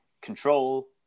Control